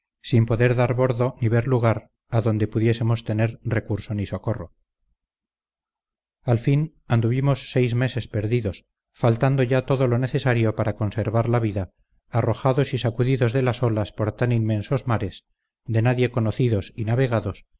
sin poder dar bordo ni ver lugar adonde pudiésemos tener recurso ni socorro al fin anduvimos seis meses perdidos faltando ya todo lo necesario para conservar la vida arrojados y sacudidos de las olas por tan inmensos mares de nadie conocidos y navegados